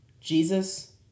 Jesus